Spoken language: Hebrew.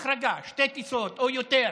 החרגה, שתי טיסות או יותר.